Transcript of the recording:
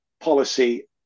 policy